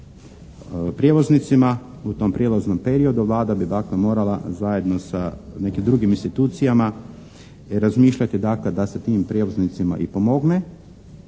prijevoznicima u tom prijevoznom periodu Vlada bi dakle morala zajedno sa nekim drugim institucijama razmišljati dakle da se tim prijevoznicima i pomogne,